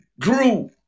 grew